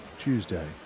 Tuesday